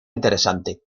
interesante